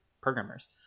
programmers